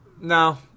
No